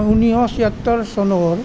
ঊনৈছশ ছয়সত্তৰ চনৰ